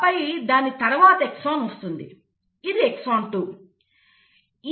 ఆపై దాని తరువాత ఎక్సాన్ వస్తుంది ఇది ఎక్సాన్ 2